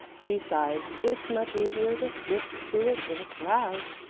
besides, it's much easier to stick to it in a crowd.